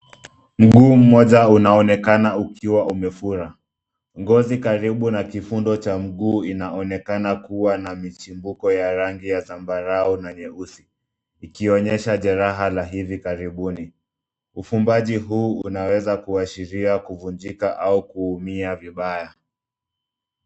Mguu mmoja unaonekana ukiwa umefura. Ngozi karibu na kifundo cha mguu inaonekana kuwa na michimbuko ya rangi ya zambarau na nyeusi, ikionyesha jeraha la hivi karibuni. Ufumbaji huu unaweza kuashiria kuvunjika au kuumia vibaya.